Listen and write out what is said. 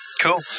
cool